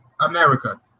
America